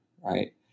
right